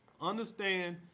understand